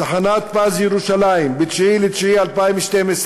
תחנת "פז" בירושלים ב-9 בספטמבר 2012,